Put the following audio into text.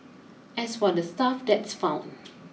as for the stuff that's found